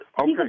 Okay